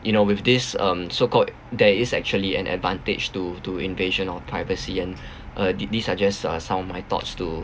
you know with this um so called there is actually an advantage to to invasion of privacy and uh the~ these are just some of my thoughts to